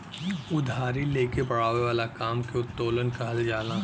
उधारी ले के बड़ावे वाला काम के उत्तोलन कहल जाला